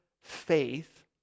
faith